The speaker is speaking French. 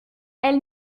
elle